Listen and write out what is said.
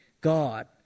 God